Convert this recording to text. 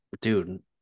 dude